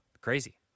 Crazy